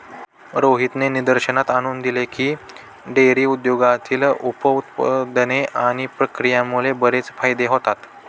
रोहितने निदर्शनास आणून दिले की, डेअरी उद्योगातील उप उत्पादने आणि प्रक्रियेमुळे बरेच फायदे होतात